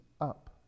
up